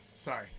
Sorry